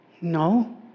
No